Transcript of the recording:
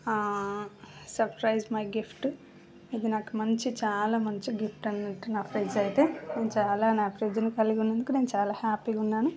ఆ surprise my gift ఇది నాకు మంచి చాల మంచి గిఫ్ట్ నా ఫ్రిడ్జ్ అయితే చాలా నాకు ఫ్రిడ్జిని కలిగి ఉన్నందుకు నేను చాలా హ్యాపీగా ఉన్నాను